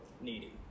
needy